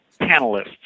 panelists